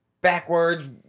backwards